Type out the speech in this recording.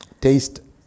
Taste